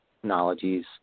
technologies